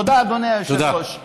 תודה, אדוני היושב-ראש.